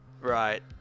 Right